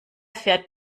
fährt